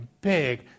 big